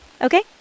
Okay